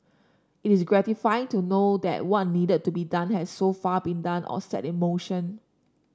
it is gratifying to know that what needed to be done has so far been done or set in motion